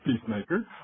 peacemaker